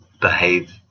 behave